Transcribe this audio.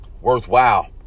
worthwhile